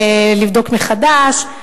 לבדוק מחדש.